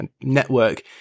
network